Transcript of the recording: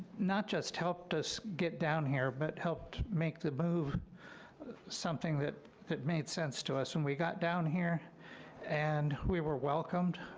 not just helped us get down here, but helped make the move something that that made sense to us. when we got down here and we were welcomed,